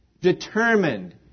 Determined